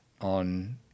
on